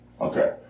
Okay